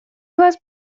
was